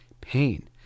pain